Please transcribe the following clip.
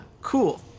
cool